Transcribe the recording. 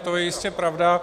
To je jistě pravda.